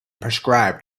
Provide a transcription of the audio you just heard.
prescribed